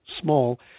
Small